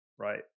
Right